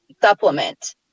supplement